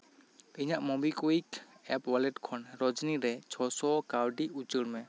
ᱤᱧᱟᱹᱜ MobiKwik app wallet ᱠᱷᱚᱱ ᱨᱟᱡᱱᱤ ᱨᱮ ᱪᱷᱚ ᱥᱚ ᱠᱟᱹᱣᱰᱤ ᱩᱪᱟᱹᱲ ᱢᱮ